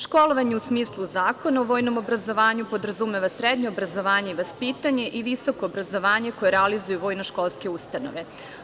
Školovanje u smislu Zakona o vojnom obrazovanju podrazumeva srednje obrazovanje i vaspitanje i visoko obrazovanje koje realizuju vojno školske ustanove.